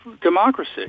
democracy